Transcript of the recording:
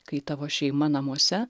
kai tavo šeima namuose